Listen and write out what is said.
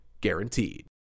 guaranteed